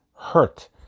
hurt